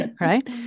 right